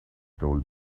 told